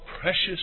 precious